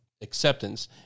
acceptance